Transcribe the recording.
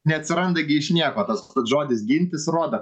neatsiranda gi iš nieko tas pats žodis gintis rodo